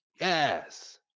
yes